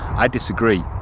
i disagree.